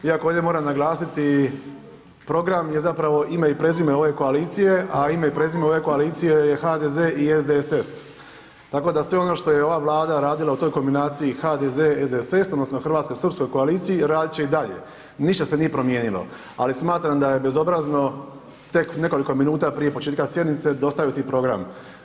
Iako ovdje moram naglasiti, program je zapravo ime i prezime ove koalicije, a ime i prezime ove koalicije je HDZ i SDSS, tako da sve ono što je ova vlada radila u toj kombinaciji HDZ-SDSS odnosno hrvatsko-srpskoj koaliciji, radit će i dalje, ništa se nije promijenilo, ali smatram da je bezobrazno tek nekoliko minuta prije početka sjednice dostaviti program.